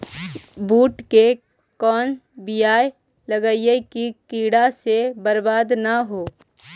बुंट के कौन बियाह लगइयै कि कीड़ा से बरबाद न हो?